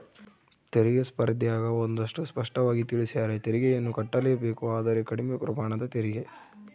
ತೆರಿಗೆ ಸ್ಪರ್ದ್ಯಗ ಒಂದಷ್ಟು ಸ್ಪಷ್ಟವಾಗಿ ತಿಳಿಸ್ಯಾರ, ತೆರಿಗೆಯನ್ನು ಕಟ್ಟಲೇಬೇಕು ಆದರೆ ಕಡಿಮೆ ಪ್ರಮಾಣದ ತೆರಿಗೆ